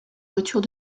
voiture